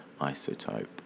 isotope